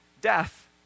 Death